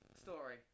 story